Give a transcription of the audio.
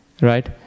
Right